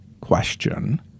question